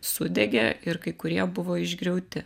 sudegė ir kai kurie buvo išgriauti